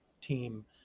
team